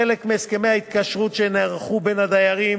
בחלק מהסכמי ההתקשרות שנערכו בין הדיירים